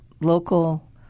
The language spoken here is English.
local